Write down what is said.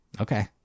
Okay